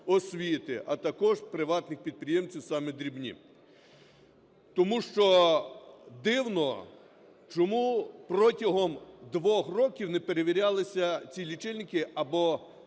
освіти, а також приватних підприємців, саме дрібні. Тому що дивно, чому протягом двох років не перевірялися ці лічильники або не